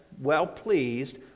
well-pleased